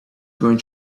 going